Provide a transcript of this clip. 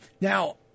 Now